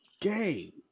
game